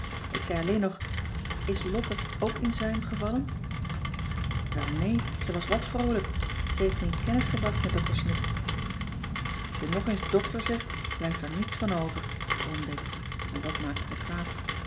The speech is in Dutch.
ik zei alleen nog is lotte ook in zwijm gevallen welnee ze was wat vroolijk zij heeft me in kennis gebracht met dr smidt als je nog eens dr zegt blijft er niets van over bromde ik want dat maakte me kwaad